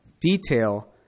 detail